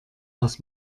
was